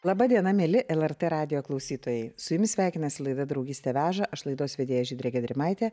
laba diena mieli lrt radijo klausytojai su jumis sveikinasi laida draugystė veža aš laidos vedėja žydrė gedrimaitė